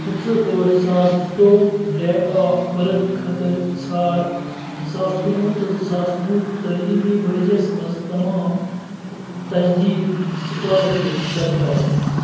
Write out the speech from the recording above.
پٕنٛژٕہ ٲٹھ زٕ ساس زٕتوٚوُہ ڈیٹ آف بٔرتھ خٲطرٕ ژھار زٕ ساس کُنوُہ تہٕ زٕ ساس وُہ تٲلیٖمی ؤرۍ یَس مَنٛز تمام تجدیٖد سُکالرشِپ درخواست